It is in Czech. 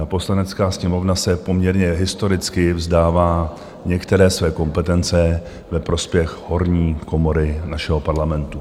Poslanecká sněmovna se poměrně historicky vzdává některé své kompetence ve prospěch horní komory našeho Parlamentu.